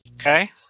Okay